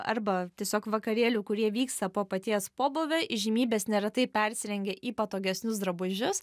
arba tiesiog vakarėlių kurie vyksta po paties pobūvio įžymybės neretai persirengia į patogesnius drabužius